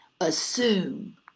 assume